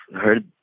heard